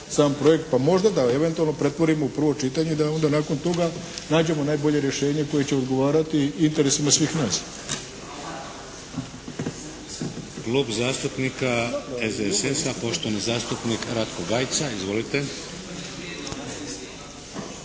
sam projekt, pa možda da eventualno pretvorimo u prvo čitanje i da onda nakon toga nađemo najbolje rješenje koje će odgovarati interesima svih nas.